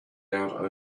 out